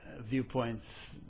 viewpoints